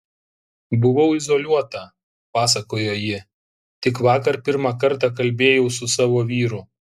buvau izoliuota pasakojo ji tik vakar pirmą kartą kalbėjau su savo vyru